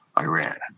Iran